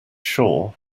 sure